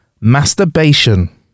masturbation